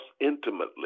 intimately